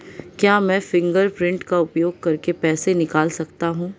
क्या मैं फ़िंगरप्रिंट का उपयोग करके पैसे निकाल सकता हूँ?